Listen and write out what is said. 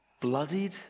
Bloodied